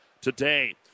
today